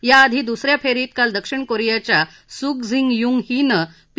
याआधी दुस या फेरीत काल दक्षिण कोरियाच्या सुग झिग युंग हीनं पी